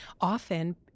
often